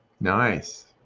nice